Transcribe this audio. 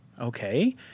Okay